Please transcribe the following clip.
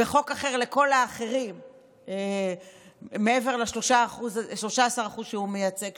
וחוק אחר לכל האחרים מעבר ל-13% שהוא מייצג,